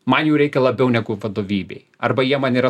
man jų reikia labiau negu vadovybei arba jie man yra